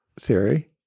theory